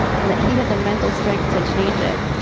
and that he had the mental strength to change it.